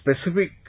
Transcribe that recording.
specific